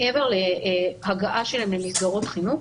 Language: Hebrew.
מעבר להגעה שלהם למסגרות חינוך,